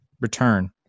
return